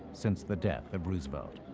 since the death of roosevelt.